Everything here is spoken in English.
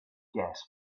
gas